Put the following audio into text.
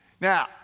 Now